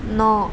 ন